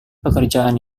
pekerjaan